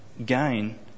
Gain